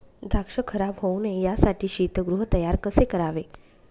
द्राक्ष खराब होऊ नये यासाठी शीतगृह तयार कसे करावे?